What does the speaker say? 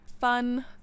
fun